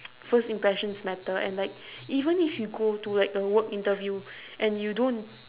first impressions matter and like even if you go to like a work interview and you don't